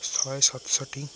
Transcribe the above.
ଶହେ ସତଷଠି